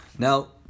Now